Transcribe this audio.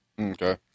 Okay